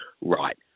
right